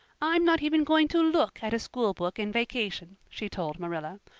i'm not even going to look at a schoolbook in vacation, she told marilla.